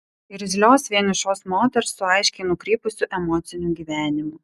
irzlios vienišos moters su aiškiai nukrypusiu emociniu gyvenimu